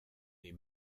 les